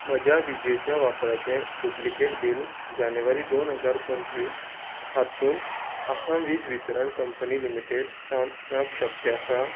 म्हज्या विजेच्या वापराचें डुब्लिकेट बील जानेवारी दोन हजार पंचवीस हातूंत आसाम वीज वितरण कंपनी लिमिटेड सावन मेळप शक्य आसा